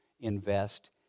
invest